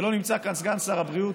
ולא נמצא כאן סגן שר הבריאות,